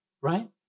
Right